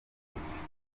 yavutse